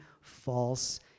false